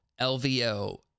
LVO